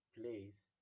place